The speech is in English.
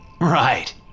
Right